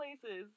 places